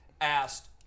asked